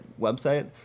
website